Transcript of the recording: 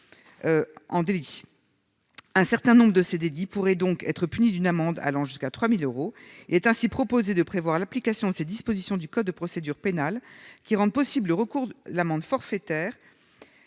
un certain nombre de CD dix pourrait donc être puni d'une amende allant jusqu'à 3000 euros est ainsi proposé de prévoir l'application de ces dispositions du code de procédure pénale qui rendent possible le recours de l'amende forfaitaire,